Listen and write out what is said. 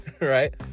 right